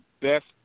best